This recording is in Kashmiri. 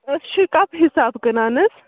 أسۍ چھِ کَپ حساب کٕنان حظ